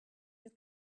your